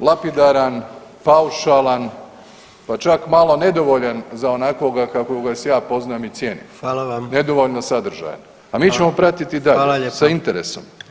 lapidaran, faušalan, pa čak malo nedovoljan za onakvoga kakvog vas ja poznajem i cijenim [[Upadica: Hvala vam.]] nedovoljno sadržajem, a mi ćemo pratiti i dalje sa interesom.